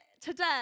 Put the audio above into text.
today